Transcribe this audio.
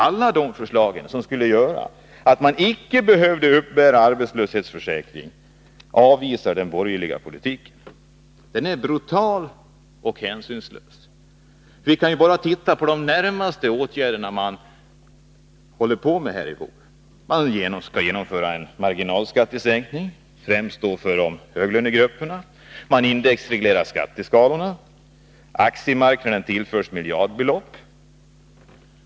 Alla dessa förslag, som skulle göra att man icke behövde uppbära arbetslöshetsförsäkring, avvisar den borgerliga politiken. Den är brutal och hänsynslös. Vi kan ju bara se på de åtgärder som man närmast håller på med här i vår. Man skall genomföra en marginalskattesänkning, främst då för höglönegrupperna. Man indexreglerar skatteskalorna. Aktiemarknaden tillförs miljardbelopp.